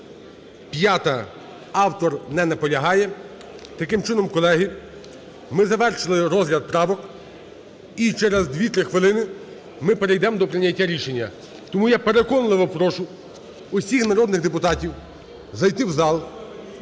85-а, автор не наполягає. Таким чином, колеги, ми завершили розгляд правок і через дві-три хвилини ми перейдемо до прийняття рішення. Тому я переконливо прошу всіх народних депутатів зайти в зал,